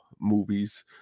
movies